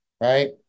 right